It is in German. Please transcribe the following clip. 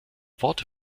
worte